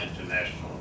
International